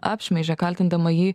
apšmeižė kaltindama jį